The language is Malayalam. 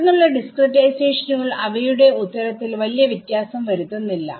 തുടർന്നുള്ള ഡിസ്ക്രിടൈസേഷനുകൾഅവയുടെ ഉത്തരത്തിൽ വലിയ വ്യത്യാസം വരുത്തുന്നില്ല